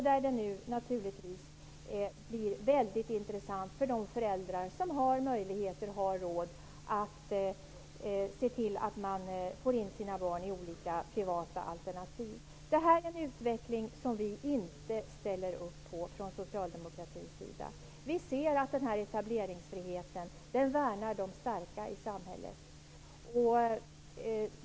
Det blir nu mycket intressant för de föräldrar som har möjligheter och råd att få in sina barn i olika privata alternativ. Det här är en utveckling som vi inte ställer upp på från socialdemokratins sida. Vi ser att etableringsfriheten värnar om de starka i samhället.